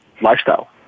lifestyle